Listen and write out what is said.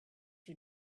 you